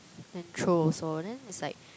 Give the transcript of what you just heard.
then throw also also then it's like